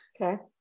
okay